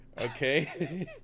Okay